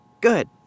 Good